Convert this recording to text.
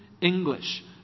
English